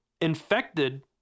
infected